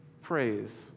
phrase